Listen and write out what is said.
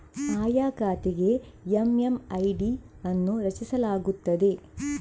ಆಯಾ ಖಾತೆಗೆ ಎಮ್.ಎಮ್.ಐ.ಡಿ ಅನ್ನು ರಚಿಸಲಾಗುತ್ತದೆ